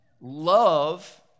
Love